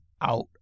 out